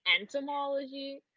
entomology